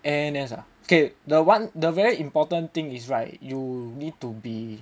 N_S ah okay the one the very important thing is right you need to be